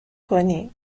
کنی